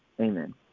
Amen